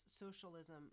socialism